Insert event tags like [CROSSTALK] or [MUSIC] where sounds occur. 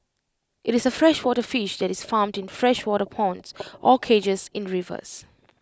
[NOISE] IT is A freshwater fish that is farmed in freshwater ponds or cages in rivers